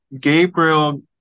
Gabriel